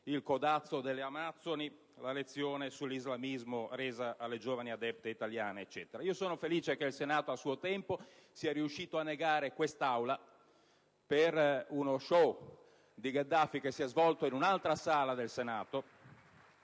il codazzo delle amazzoni e la lezione sull'Islam resa alle giovani adepte italiane. Io sono felice che il Senato, a suo tempo, sia riuscito a negare quest'Aula per uno *show* di Gheddafi, che si è poi svolto in un'altra sala del Senato